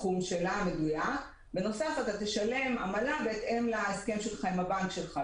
אתה תשלם עמלה גם בהתאם להסכם שלך עם הבנק שלך,